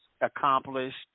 accomplished